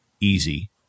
easy